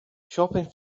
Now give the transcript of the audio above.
shopping